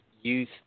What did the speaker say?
youth